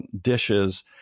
dishes